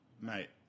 Mate